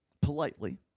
politely